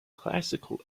classical